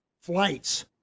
flights